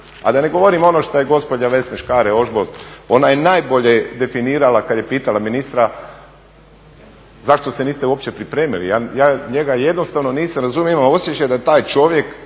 A da ne govorim ono što je gospođa Vesna Škare-Ožbolt, ona je najbolje definirala kad je pitala ministra zašto se niste uopće pripremili? Ja njega jednostavno nisam razumio, imam osjećaj da taj čovjek